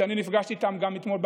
שאני נפגשתי איתם אתמול במינהלת.